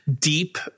deep